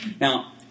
Now